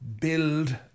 Build